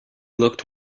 looked